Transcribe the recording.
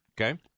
Okay